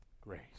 grace